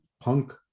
Punk